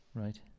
Right